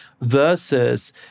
versus